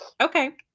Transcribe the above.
Okay